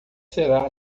será